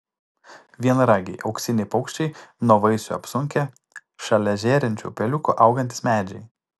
vienaragiai auksiniai paukščiai nuo vaisių apsunkę šalia žėrinčių upeliukų augantys medžiai